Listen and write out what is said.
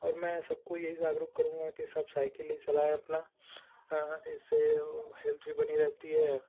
और मैं सबको यही जागरूक करूंगा कि सब साइकिल हीं चलाए अपना इससे हेल्थ भी बनी रहती है